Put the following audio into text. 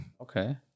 Okay